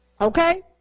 Okay